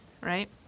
right